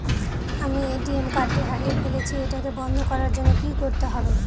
আমি ATM card টি হারিয়ে ফেলেছি এটাকে বন্ধ করার জন্য কি করতে হবে?